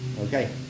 okay